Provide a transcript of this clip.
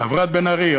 חברת הכנסת בן ארי,